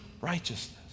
righteousness